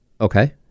Okay